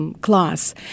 Class